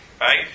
Right